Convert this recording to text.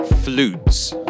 Flutes